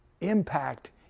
impact